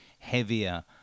heavier